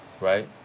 right